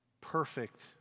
Perfect